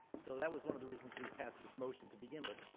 so that was one of the reasons we passed this motion to begin with.